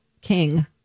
King